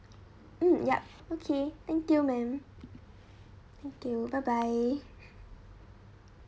mm yup okay thank you ma'am thank you bye bye